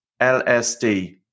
LSD